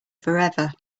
forever